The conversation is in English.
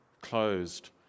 closed